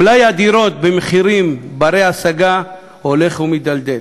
מלאי הדירות במחירים בני-השגה הולך ומתדלדל.